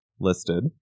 listed